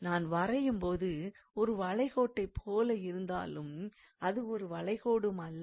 நான் வரையும் போது ஒரு வளை கோட்டைப் போல இருந்தாலும் அது ஒரு வளைகோடும் அல்ல